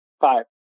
Five